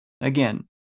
again